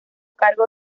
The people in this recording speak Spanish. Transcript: cargo